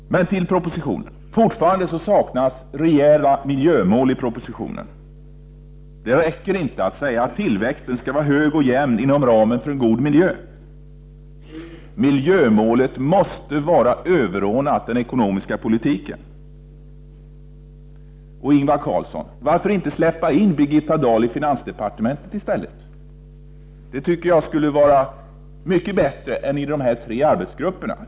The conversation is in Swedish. Men till propositionen. Fortfarande saknas rejäla miljömål i propositionen. Det räcker inte att regeringen säger att tillväxten skall vara hög och jämn inom ramen för en god miljö. Miljömålet måste vara överordnat den ekonomiska politiken. Ingvar Carlsson, varför inte släppa in Birgitta Dahl i finansdepartementet i stället? Det tycker jag skulle vara mycket bättre än att släppa in henne i dessa tre arbetsgrupper.